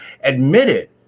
admitted